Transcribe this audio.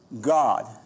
God